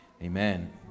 Amen